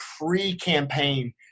pre-campaign